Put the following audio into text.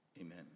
Amen